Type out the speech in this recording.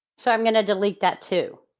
so i'm going to delete that too.